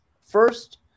first